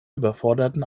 überforderten